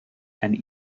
and